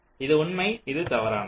இது உண்மை இது தவறானது